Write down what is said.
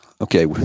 Okay